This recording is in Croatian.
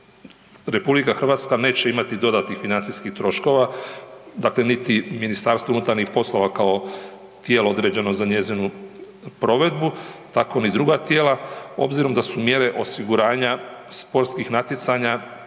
RH neće imati dodatnih financijskih troškova, dakle niti MUP kao tijelo određeno za njezinu provedbu, tako ni druga tijela obzirom da su mjere osiguranja sportskih natjecanja